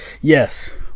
yes